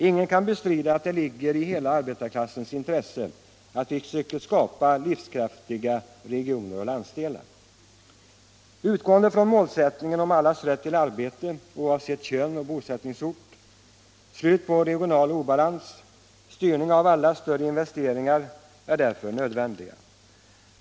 Ingen kan bestrida att det ligger i hela arbetarklassens intresse att vi söker skapa livskraftiga regioner och landsdelar, utgående från målsättningen om allas rätt till arbete oavsett kön och bosättningsort. Det måste bli slut på den regionala obalansen. Styrning av större investeringar är därför nödvändig.